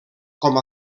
com